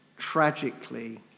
tragically